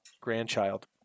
grandchild